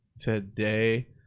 today